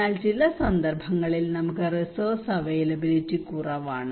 എന്നാൽ ചില സന്ദർഭങ്ങളിൽ നമുക്ക് റിസോഴ്സ് അവൈലബിലിറ്റി കുറവാണ്